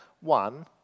one